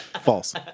False